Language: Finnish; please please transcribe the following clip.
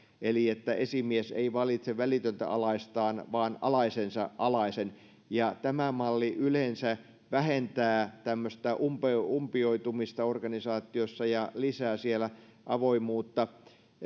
eli että esimies ei valitse välitöntä alaistaan vaan alaisensa alaisen ja tämä malli yleensä vähentää tämmöistä umpioitumista organisaatiossa ja lisää siellä avoimuutta